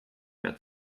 mehr